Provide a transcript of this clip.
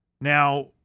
Now